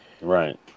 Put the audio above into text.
Right